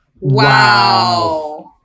Wow